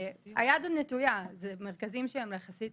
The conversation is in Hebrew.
היד עוד נטויה, אלה מרכזים שהם יחסית